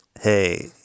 hey